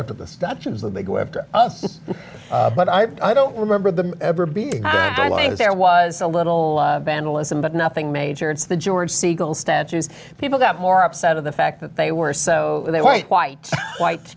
after the structures that they go after us but i don't remember them ever being there was a little vandalism but nothing major it's the george segal statues people that more upset of the fact that they were so they white white white